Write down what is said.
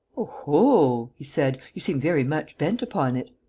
oho! he said. you seem very much bent upon it.